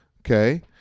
okay